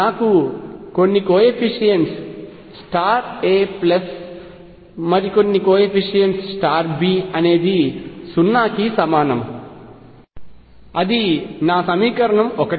నాకు కొన్ని coefficients a plus మరికొన్ని కోయెఫిషియంట్ B అనేది 0 కి సమానం అది నా సమీకరణం 1